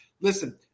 listen